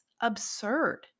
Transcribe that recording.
absurd